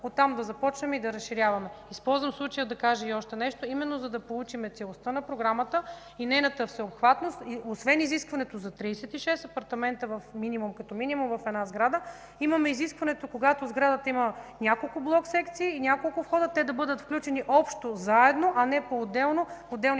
оттам да започнем и да разширяваме. Използвам случая да кажа още нещо. Именно за да получим целостта на Програмата и нейната всеобхватност, освен изискването за 36 апартамента като минимум в една сграда, имаме изискването когато сградата има няколко блок секции и няколко входа, те да бъдат включени общо, заедно, а не поотделно